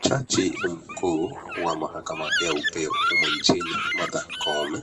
Jaji mkuu wa mahakama ya upeo humu nchini, Martha Koome.